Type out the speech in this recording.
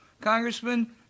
Congressman